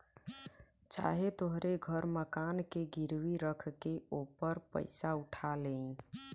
चाहे तोहरे घर मकान के गिरवी रख के ओपर पइसा उठा लेई